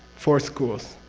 four schools,